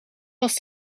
was